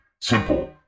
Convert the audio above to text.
Simple